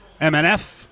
MNF